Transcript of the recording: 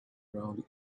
ground